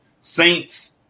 Saints